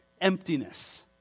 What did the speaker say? emptiness